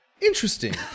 interesting